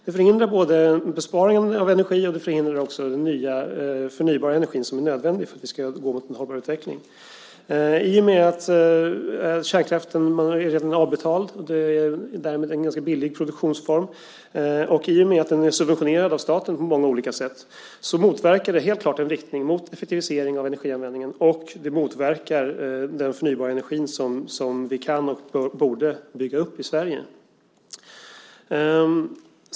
Den förhindrar både en besparing av energi och den förnybara energi som är nödvändig för att vi ska gå mot en hållbar utveckling. I och med att kärnkraften redan är avbetalad, och därmed är en ganska billig produktionsform, och i och med att den är subventionerad av staten på många olika sätt, motverkar den helt klart en riktning mot effektivisering av energianvändningen. Den motverkar också den förnybara energi som vi kan och borde bygga upp i Sverige.